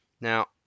Now